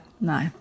no